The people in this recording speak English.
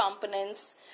components